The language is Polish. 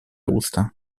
usta